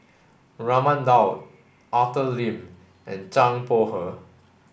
Raman Daud Arthur Lim and Zhang Bohe